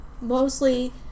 mostly